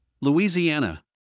Louisiana